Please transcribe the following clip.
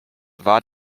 war